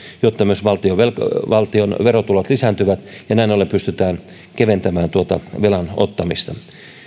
jotta myös valtion verotulot lisääntyvät ja näin ollen pystytään keventämään tuota velan ottamista